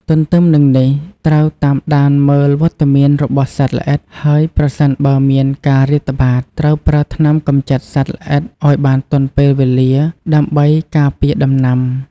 ទន្ទឹមនឹងនេះ ត្រូវតាមដានមើលវត្តមានរបស់សត្វល្អិត ហើយប្រសិនបើមានការរាតត្បាត ត្រូវប្រើថ្នាំកម្ចាត់សត្វល្អិតឱ្យបានទាន់ពេលវេលាដើម្បីការពារដំណាំ។